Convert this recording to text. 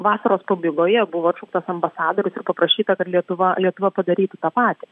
vasaros pabaigoje buvo atšauktas ambasadorius ir paprašyta kad lietuva lietuva padarytų tą patį